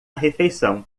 refeição